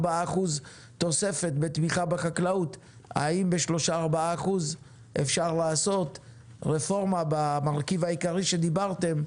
האם בעלייה שכזו אפשר לעשות רפורמה במרכיב העיקרי שדיברתם עליו